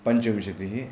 पञ्चविंशतिः